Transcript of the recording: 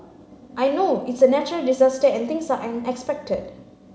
I know it's a natural disaster and things are unexpected